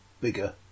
bigger